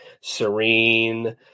serene